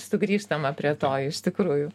sugrįžtama prie to iš tikrųjų